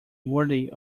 worthy